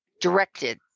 directed